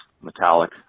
metallic